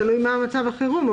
תלוי מה מצב החירום.